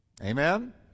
Amen